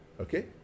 Okay